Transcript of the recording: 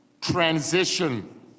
transition